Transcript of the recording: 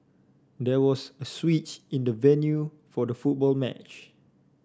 there was a switch in the venue for the football match